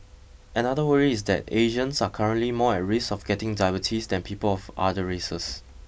another worry is that Asians are currently more at risk of getting diabetes than people of other races